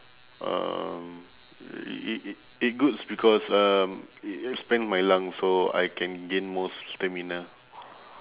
um it's it's good because um it expands my lungs so I can gain more stamina